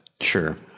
Sure